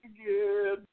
again